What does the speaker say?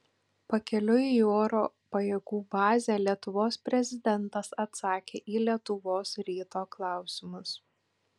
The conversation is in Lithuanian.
pakeliui į oro pajėgų bazę lietuvos prezidentas atsakė į lietuvos ryto klausimus